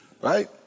Right